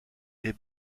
les